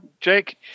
Jake